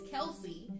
Kelsey